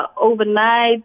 overnight